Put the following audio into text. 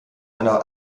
einer